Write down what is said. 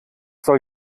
soll